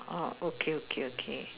oh okay okay okay